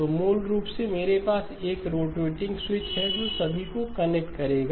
तो मूल रूप से मेरे पास एक रोटेटिंग स्विच है जो सभी को कनेक्ट करेगा